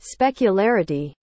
specularity